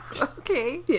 okay